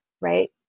right